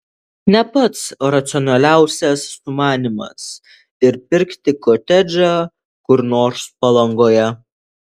ne pats racionaliausias sumanymas ir pirkti kotedžą kur nors palangoje